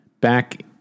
Back